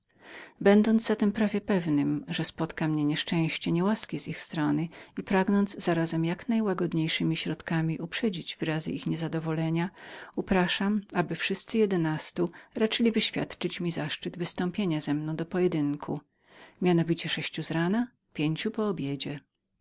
będąc zatem prawie pewnym że popadnę w nieszczęście niełaski z ich strony i pragnąc zarazem jak najłagodniejszemi środkami uprzedzić wyrazy ich niezadowolenia upraszam aby wszyscy jedenastu raczyli wyświadczyć mi zaszczyt wystąpienia ze mną do pojedynku mianowicie sześciu z rana pięciu